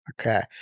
Okay